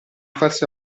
farsi